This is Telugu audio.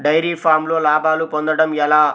డైరి ఫామ్లో లాభాలు పొందడం ఎలా?